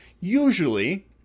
usually